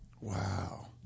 Wow